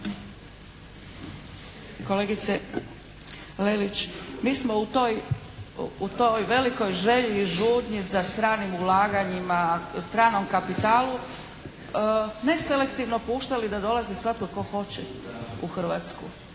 Kolegice Lelić mi smo u toj, u toj velikoj želji, žudnji za stranim ulaganjima, stranom kapitalu neselektivno puštali da dolazi svatko tko hoće u Hrvatsku.